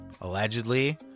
allegedly